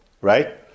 right